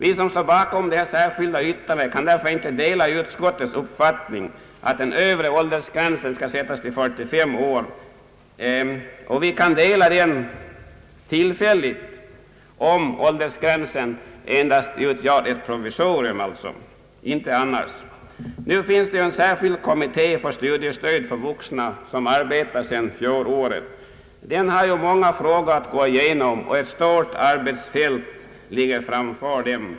Vi som står bakom det särskilda yttrandet kan inte dela utskottets uppfattning att den övre ålidersgränsen skall sättas till 45 år, annat än om den åldersgränsen kan anses som ett provisorium. Nu finns en särskild kommitté för studiestöd för vuxna. Denna kommitté arbetar sedan fjolåret. Den har många frågor att gå igenom, och ett stort arbetsfält ligger framför den.